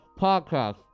podcast